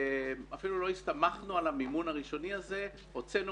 אפילו לא הסתמכנו על המימון הראשוני הזה אלא הוצאנו